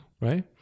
right